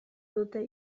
dute